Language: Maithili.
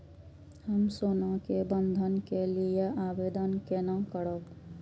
हम सोना के बंधन के लियै आवेदन केना करब?